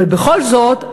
אבל בכל זאת,